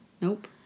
Nope